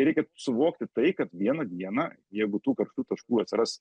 reikia suvokti tai kad vieną dieną jeigu tų karštų taškų atsiras